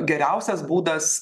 geriausias būdas